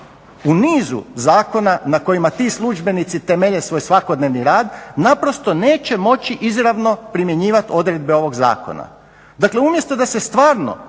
u nizu zakona na kojima ti službenici temelje svoj svakodnevni rad naprosto neće moći izravno primjenjivati odredbe ovog zakona. Dakle, umjesto da se stvarno